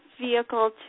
vehicle